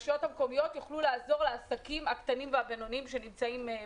יוכלו לעזור לעסקים הקטנים והבינוניים שנמצאים בשטחן.